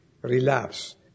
relapse